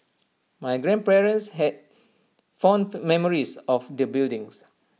my grandparents had fond memories of the buildings